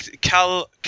Cal